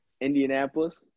Indianapolis